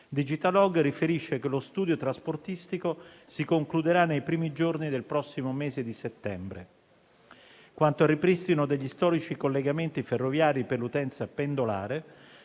DigITALog riferisce che lo studio trasportistico si concluderà nei primi giorni del prossimo mese di settembre. Quanto al ripristino degli storici collegamenti ferroviari per l'utenza pendolare,